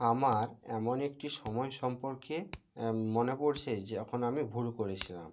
আমার এমন একটি সময় সম্পর্কে মনে পড়ছে যখন আমি ভুল করেছিলাম